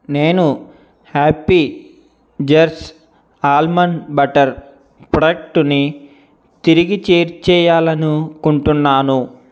నేను happy jars almond butter ప్రొడక్టుని తిరిగి చేర్చేయాలనుకుంటున్నాను